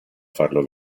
farlo